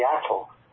Seattle